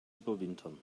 überwintern